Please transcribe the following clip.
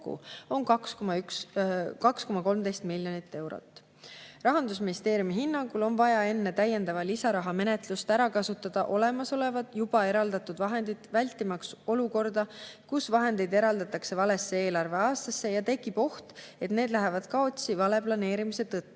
on 2,13 miljonit eurot. Rahandusministeeriumi hinnangul on vaja enne täiendava lisaraha [taotluse] menetlust ära kasutada olemasolevad juba eraldatud vahendid, vältimaks olukorda, kus vahendeid eraldatakse valesse eelarveaastasse ja tekib oht, et need lähevad kaotsi vale planeerimise tõttu.